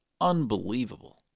Unbelievable